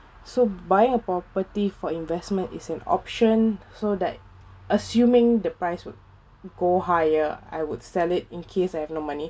so buying a property for investment is an option so that assuming the price would go higher I would sell it in case I have no money